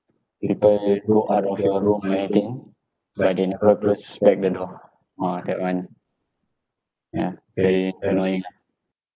people go out of your room or anything but they never close back the door !wah! that [one] yeah very annoying lah